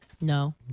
No